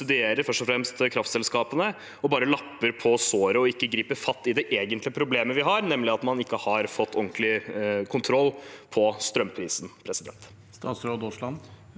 og fremst subsidierer kraftselskapene, og bare lapper på såret og ikke griper fatt i det egentlige problemet vi har, nemlig at man ikke har fått ordentlig kontroll på strømprisen?